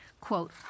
Quote